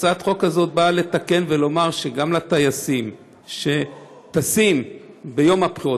הצעת החוק הזאת באה לתקן ולומר שגם לטייסים שטסים ביום הבחירות,